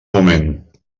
moment